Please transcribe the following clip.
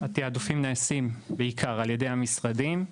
התיעדופים נעשים בעיקר על ידי המשרדים.